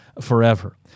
forever